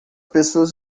pessoas